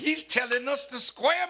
he's tellin us the square